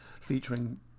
featuring